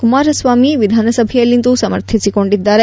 ಕುಮಾರಸ್ವಾಮಿ ವಿಧಾನಸಭೆಯಲ್ಲಿಂದು ಸಮರ್ಥಿಸಿಕೊಂಡಿದ್ದಾರೆ